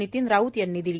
नितीन राऊत यांनी दिली